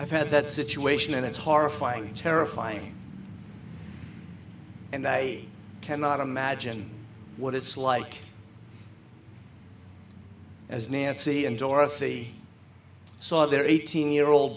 i've had that situation and it's horrifying terrifying and i cannot imagine what it's like as nancy and dorothy saw their eighteen year old